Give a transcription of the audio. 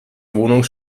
wohnung